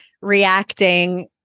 reacting